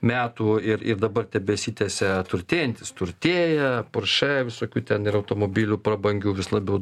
metų ir ir dabar tebesitęsia turtėjantys turtėja porsche visokių ten ir automobilių prabangių vis labiau